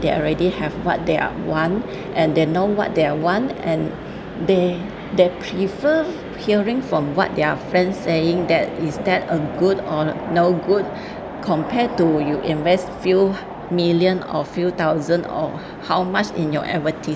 they already have what they are want and they know what they want and they they prefer hearing from what their friends saying that is that a good or no good compared to you invest few million or few thousand or how much in your advertisement